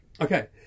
Okay